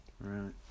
Right